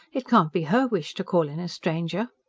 it can't be her wish to call in a stranger.